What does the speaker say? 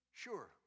Sure